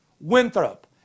Winthrop